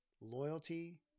Loyalty